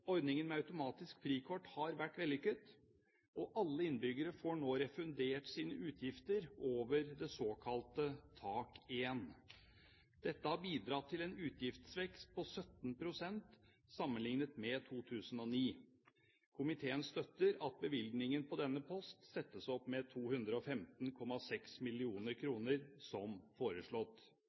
Ordningen med automatisk frikort har vært vellykket, og alle innbyggere får nå refundert sine utgifter over det såkalte tak 1. Dette har bidratt til en utgiftsvekst på 17 pst. sammenlignet med 2009. Komiteen støtter at bevilgningen på denne post settes opp med 215,6 mill. kr, som foreslått.